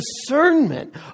discernment